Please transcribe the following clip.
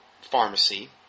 pharmacy